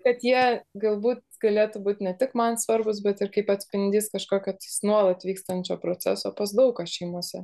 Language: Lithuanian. kad jie galbūt galėtų būt ne tik man svarbūs bet ir kaip atspindys kažkokio tais nuolat vykstančio proceso pas daug ką šeimose